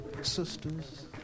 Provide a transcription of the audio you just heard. Sisters